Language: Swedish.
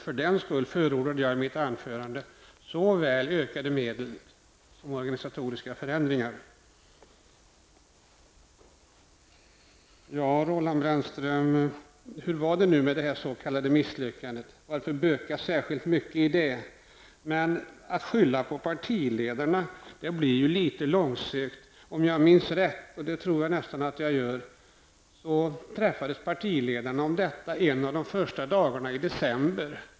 Därför förordade jag i mitt anförande såväl ökade medel som organisatoriska förändringar. Hur var det med det s.k. misslyckandet, Roland Brännström? Varför böka särskilt mycket i det? Det blir litet långsökt att skylla på partiledarna. Om jag minns rätt -- vilket jag tror att jag gör -- träffades partiledarna en av de första dagarna i december.